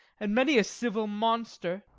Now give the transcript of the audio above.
and many a civil monster.